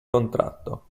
contratto